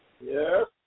Yes